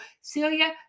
Celia